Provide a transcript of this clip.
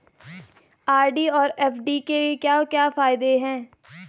RD और FD के क्या क्या फायदे हैं?